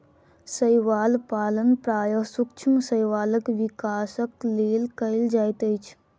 शैवाल पालन प्रायः सूक्ष्म शैवालक विकासक लेल कयल जाइत अछि